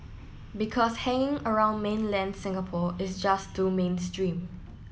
because hanging around mainland Singapore is just too mainstream